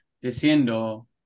diciendo